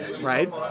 Right